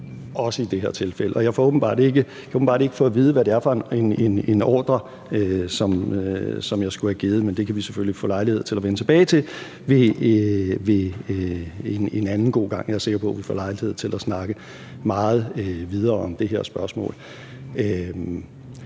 også i det her tilfælde. Jeg kan åbenbart ikke få at vide, hvad det er for en ordre, som jeg skulle have givet, men det kan vi selvfølgelig få lejlighed til at vende tilbage til en anden god gang; jeg er sikker på, at vi får lejlighed til at snakke meget videre om det her spørgsmål.